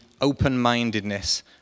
open-mindedness